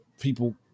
people